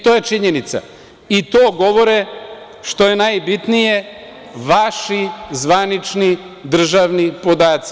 To je činjenica, i to govore, što je najbitnije, vaši zvanični državni podaci.